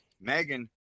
Megan